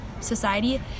society